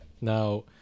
Now